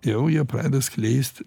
jau jie pradeda skleist